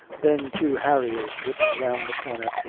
then two harriers whipped round the corner,